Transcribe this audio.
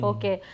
Okay